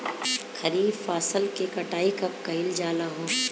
खरिफ फासल के कटाई कब कइल जाला हो?